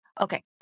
Okay